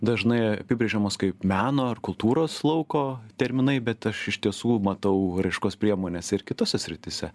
dažnai apibrėžiamos kaip meno ar kultūros lauko terminai bet aš iš tiesų matau raiškos priemones ir kitose srityse